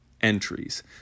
entries